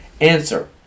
Answer